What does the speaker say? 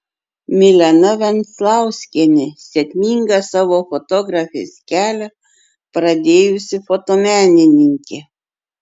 milena venclauskienė sėkmingą savo fotografės kelią pradėjusi fotomenininkė